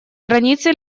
границы